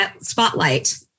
spotlight